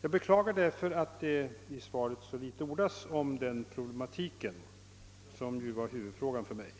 Jag beklagar att det sägs så litet i svaret om den problematiken, som har varit huvudfrågan för mig.